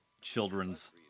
children's